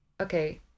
okay